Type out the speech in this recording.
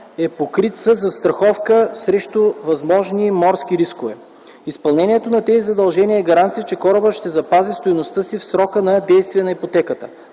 е покрито със застраховка срещу възможни морски рискове. Изпълнението на тези задължения е гаранция, че корабът ще запази стойността си в срока на действие на ипотеката.